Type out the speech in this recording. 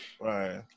Right